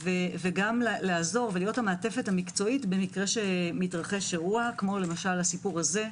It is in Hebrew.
וגם לעזור ולהיות המעטפת המקצועית במקרה שמתרחש אירוע כמו הסיפור הזה.